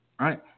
right